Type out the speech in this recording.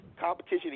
competition